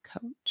Coach